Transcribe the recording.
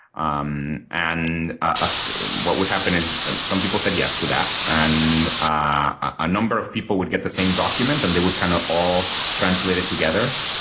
um and what would happen is some people said yes to that, and ah a number of people would get the same document. and they would kind of all translate it together,